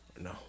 No